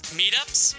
meetups